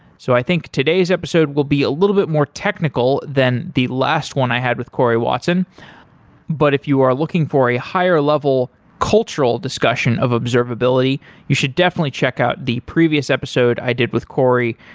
so i think today's episode will be a little bit more technical than the last one i had with cory watson but if you are looking for a higher level cultural discussion of observability, you should definitely check out the previous episode i did with cory,